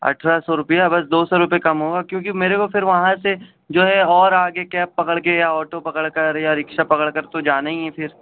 اٹھارہ سو روپیہ بس دو سو روپئے کم ہوگا کیونکہ میرے کو پھر وہاں سے جو ہے اور آگے کیب پکڑ کے یا آٹو پکڑ کر یا رکشہ پکڑ کر تو جانا ہی ہے پھر